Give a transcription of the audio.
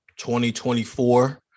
2024